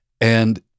And-